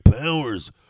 powers